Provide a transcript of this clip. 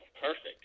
Perfect